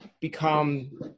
become